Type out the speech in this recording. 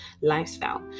lifestyle